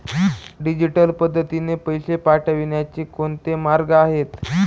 Digital पद्धतीने पैसे पाठवण्याचे कोणते मार्ग आहेत?